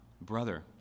Brother